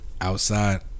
outside